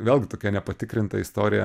vėlgi tokia nepatikrinta istorija